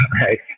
right